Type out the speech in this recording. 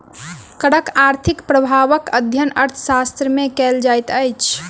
करक आर्थिक प्रभावक अध्ययन अर्थशास्त्र मे कयल जाइत अछि